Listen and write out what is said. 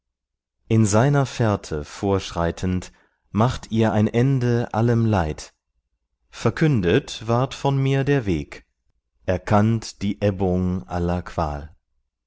in seiner fährte vorschreitend macht ihr ein ende allem leid verkündet ward von mir der weg erkannt die ebbung aller qual